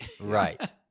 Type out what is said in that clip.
Right